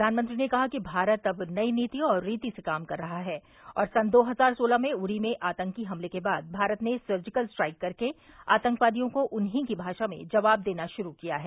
प्रधानमंत्री ने कहा कि भारत अब नई नीति और रीति से काम कर रहा है और दो हजार सोलह में उड़ी में आतंकी हमले के बाद भारत ने सर्जिकल स्ट्राइक करके आतंकवादियों को उन्हीं की भाषा में जवाब देना शुरू किया है